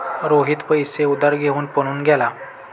रोहित पैसे उधार घेऊन पळून गेला